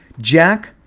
Jack